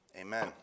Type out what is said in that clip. Amen